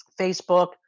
Facebook